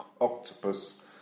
Octopus